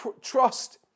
trust